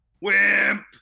Wimp